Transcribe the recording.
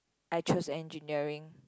I chose engineering